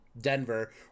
Denver